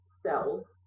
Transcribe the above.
cells